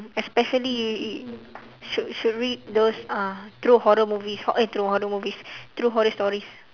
especially if if should should read those uh true horror movies eh true horror movies true horror stories